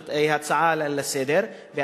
זאת הצעה לסדר-היום,